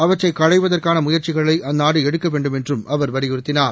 அவற்றை களைவதற்கான முயற்சிகளை அந்நாடு எடுக்க வேண்டும் என்றும் அவர் வலியுறுத்தினார்